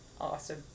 Awesome